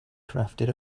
crafted